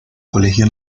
colegio